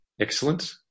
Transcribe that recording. excellent